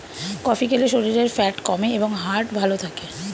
coffee খেলে শরীরের fat কমে এবং হার্ট ভালো থাকে